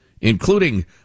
including